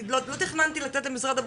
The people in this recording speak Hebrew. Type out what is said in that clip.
לא תכננתי לתת למשרד הבריאות,